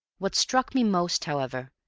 what struck me most, however,